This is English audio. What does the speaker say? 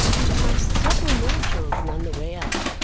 we passed several more children on the way up,